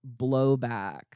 blowback